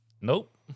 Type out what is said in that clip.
Nope